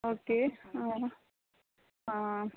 okay